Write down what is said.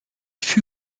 fut